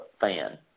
fan